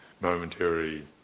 momentary